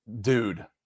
dude